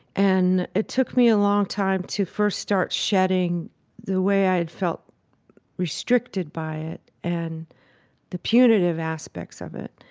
and it took me a long time to first start shedding the way i had felt restricted by it and the punitive aspects of it.